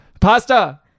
pasta